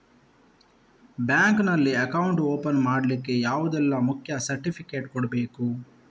Bank ನಲ್ಲಿ account open ಮಾಡ್ಲಿಕ್ಕೆ ಯಾವುದೆಲ್ಲ ಮುಖ್ಯ ಸರ್ಟಿಫಿಕೇಟ್ ಕೊಡ್ಬೇಕು?